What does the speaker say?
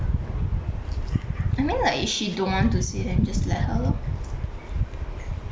I mean like she don't want to see then just let her lor